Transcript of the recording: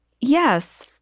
Yes